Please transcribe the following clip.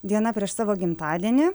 diena prieš savo gimtadienį